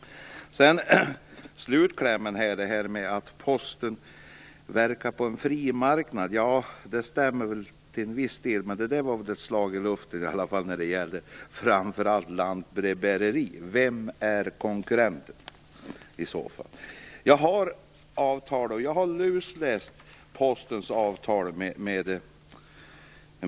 Sedan vill jag ta upp slutklämmen, att Posten verkar på en fri marknad. Det stämmer till en viss del. Men när det gäller lantbrevbäreri var det väl ändå ett slag i luften. Vem är konkurrenten? Jag har Postens avtal med staten, och jag har lusläst det.